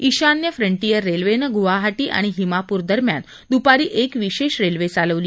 ईशान्य फ्रंटीयर रेल्वेनं गुवाहाटी आणि हिमापूर दरम्यान दुपारी एक विशेष रेल्वे चालवली